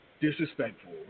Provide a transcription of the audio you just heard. disrespectful